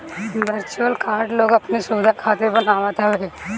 virtual card लोग अपनी सुविधा खातिर बनवावत हवे